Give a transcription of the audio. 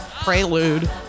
prelude